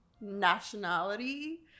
nationality